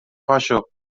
پاشو